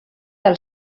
del